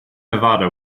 nevada